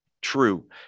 true